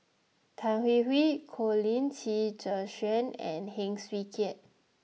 Tan Hwee Hwee Colin Qi Zhe Quan and Heng Swee Keat